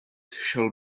shall